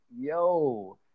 yo